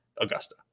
Augusta